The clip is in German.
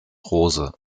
rose